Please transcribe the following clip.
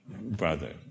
brother